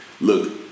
look